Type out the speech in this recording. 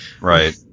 Right